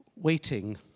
Waiting